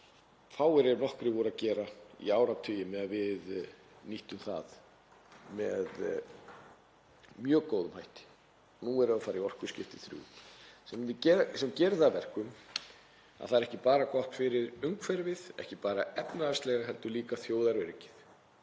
fáir ef nokkrir voru að gera í áratugi á meðan við nýttum það með mjög góðum hætti. Nú erum við að fara í orkuskipti þrjú sem gerir það að verkum að það er ekki bara gott fyrir umhverfið, ekki bara efnahagslega heldur líka þjóðaröryggið.